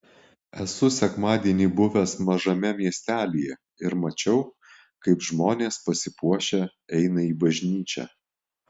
esu sekmadienį buvęs mažame miestelyje ir mačiau kaip žmonės pasipuošę eina į bažnyčią